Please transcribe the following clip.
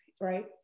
right